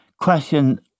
question